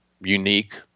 unique